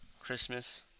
Christmas